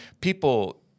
people